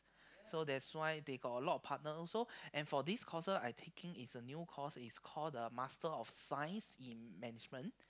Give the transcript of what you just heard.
so that's why they got a lot of partner also and for this courses I taking is a new course is call the Master of Science in Management